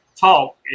talk